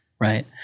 Right